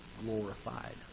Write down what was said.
glorified